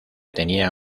tenía